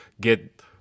get